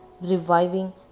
reviving